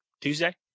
tuesday